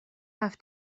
have